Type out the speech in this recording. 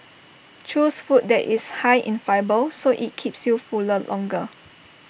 choose food that is high in fibre so IT keeps you fuller longer